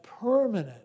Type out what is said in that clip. permanent